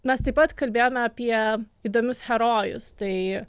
mes taip pat kalbėjome apie įdomius herojus tai